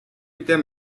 était